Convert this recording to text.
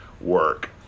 work